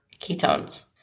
ketones